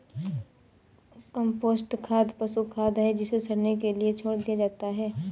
compost खाद पशु खाद है जिसे सड़ने के लिए छोड़ दिया जाता है